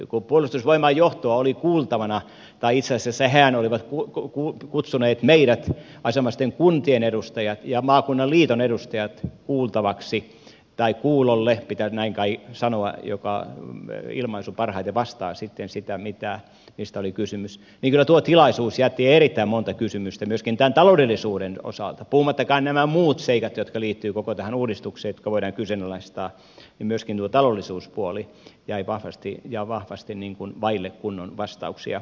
kun puolustusvoimain johtoa oli kuultavana tai itse asiassa sehän oli kutsunut meidät ja asianomaisten kuntien edustajat ja maakunnan liiton edustajat kuultaviksi tai kuulolle pitäisi näin kai sanoa tämä ilmaisu parhaiten vastaa sitten sitä mistä oli kysymys niin kyllä tuo tilaisuus jätti erittäin monta kysymystä myöskin tämän taloudellisuuden osalta puhumattakaan nämä muut seikat jotka liittyvät koko tähän uudistukseen ja jotka voidaan kyseenalaistaa myöskin tuo taloudellisuuspuoli jäi vahvasti vaille kunnon vastauksia